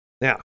Now